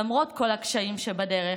למרות כל הקשיים שבדרך,